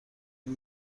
این